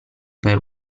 per